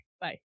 Bye